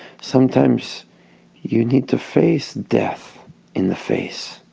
sometimes you need to face death in the face